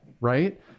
right